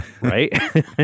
right